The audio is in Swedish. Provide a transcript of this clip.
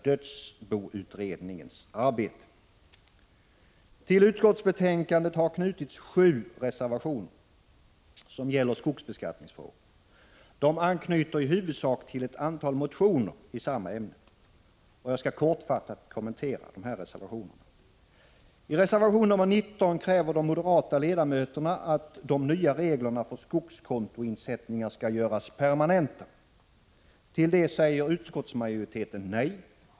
dödsboutredningens arbete. Till utskottsbetänkandet har knutits sju reservationer som gäller skogsbeskattningsfrågor. De anknyter i huvudsak till ett antal motioner i samma ämne. Jag skall kortfattat kommentera dessa reservationer. I reservation nr 19 kräver de moderata ledamöterna att de nya reglerna för skogskontoinsättningar skall göras permanenta. Till det säger utskottsmajoriteten nej.